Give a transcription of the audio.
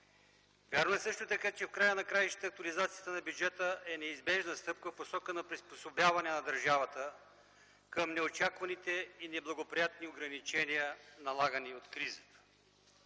Вярно е, също така, че в края на краищата актуализацията на бюджета е неизбежна стъпка в посока на приспособяване на държавата към неочакваните и неблагоприятни ограничения, налагани от кризата.